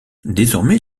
désormais